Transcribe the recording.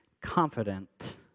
confident